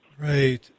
Right